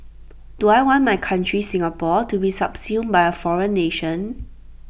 do I want my country Singapore to be subsumed by A foreign nation